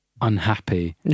unhappy